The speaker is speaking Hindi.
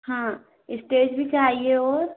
हाँ इस्टेज भी चाहिए और